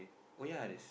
oh ya there's